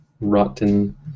rotten